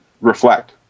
reflect